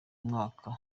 mwaka